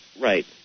Right